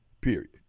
period